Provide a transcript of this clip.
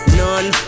none